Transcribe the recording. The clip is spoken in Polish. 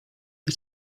jak